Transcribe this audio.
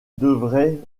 devrait